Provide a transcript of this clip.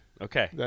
Okay